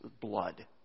blood